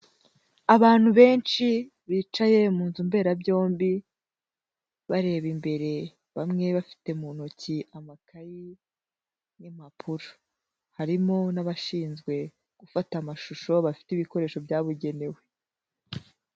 Abantu benshi bicaye mu nzu mberabyombi, bareba imbere, bamwe bafite mu ntoki amakayi n'impapuro, harimo n'abashinzwe gufata amashusho, bafite ibikoresho byabugenewe.